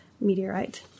meteorite